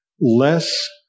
less